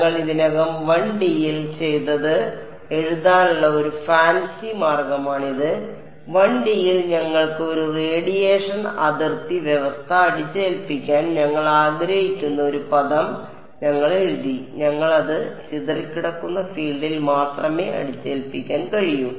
ഞങ്ങൾ ഇതിനകം 1D യിൽ ചെയ്തത് എഴുതാനുള്ള ഒരു ഫാൻസി മാർഗമാണിത് 1D യിൽ ഞങ്ങൾക്ക് ഒരു റേഡിയേഷൻ അതിർത്തി വ്യവസ്ഥ അടിച്ചേൽപ്പിക്കാൻ ഞങ്ങൾ ആഗ്രഹിച്ച ഒരു പദം ഞങ്ങൾ എഴുതി ഞങ്ങൾ അത് ചിതറിക്കിടക്കുന്ന ഫീൽഡിൽ മാത്രമേ അടിച്ചേൽപ്പിക്കാൻ കഴിയൂ